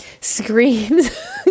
screams